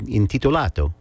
intitolato